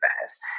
best